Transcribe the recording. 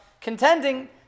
contending